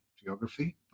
geography